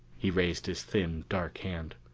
he raised his thin dark hand.